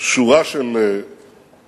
שורה של צעדים